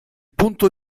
punto